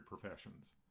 professions